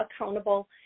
accountable